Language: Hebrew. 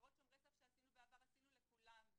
הכשרות שומרי סף שעשינו בעבר, עשינו לכולם.